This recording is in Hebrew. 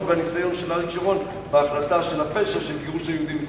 והניסיון של אריק שרון בהחלטה על הפשע של גירוש יהודים.